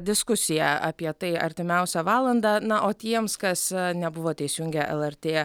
diskusija apie tai artimiausią valandą na o tiems kas nebuvote įsijungę lrt